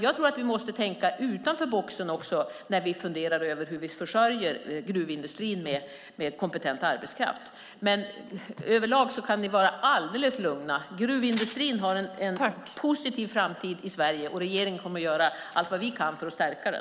Jag tror att vi måste tänka utanför boxen när vi funderar över hur vi försörjer gruvindustrin med kompetent arbetskraft. Över lag kan ni vara alldeles lugna. Gruvindustrin i Sverige har en positiv framtid, och regeringen kommer att göra allt vad vi kan för att stärka den.